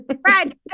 Brad